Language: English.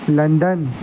London